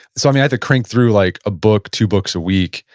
so, i mean, i have to crank through like a book, two books a week,